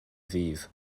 ddydd